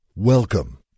Welcome